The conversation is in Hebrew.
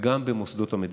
וגם במוסדות המדינה.